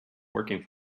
working